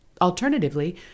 Alternatively